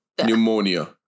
Pneumonia